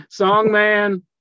Songman